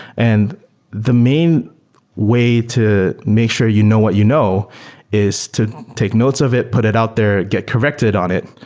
and the main way to make sure you know what you know is to take notes of it, put it out there. get corrected on it,